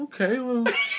okay